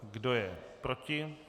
Kdo je proti?